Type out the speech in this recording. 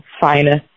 finest